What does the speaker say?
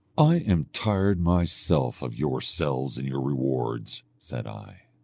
i am tired myself of yourselves and your rewards said i.